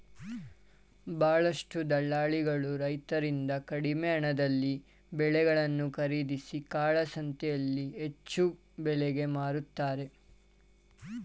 ಬಹಳಷ್ಟು ದಲ್ಲಾಳಿಗಳು ರೈತರಿಂದ ಕಡಿಮೆ ಹಣದಲ್ಲಿ ಬೆಳೆಗಳನ್ನು ಖರೀದಿಸಿ ಕಾಳಸಂತೆಯಲ್ಲಿ ಹೆಚ್ಚು ಬೆಲೆಗೆ ಮಾರುತ್ತಾರೆ